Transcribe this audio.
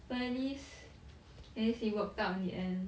well at least at least it worked out in the end